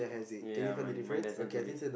ya mine mine doesn't have it